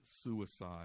suicide